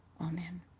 Amen